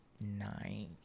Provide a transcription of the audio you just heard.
nine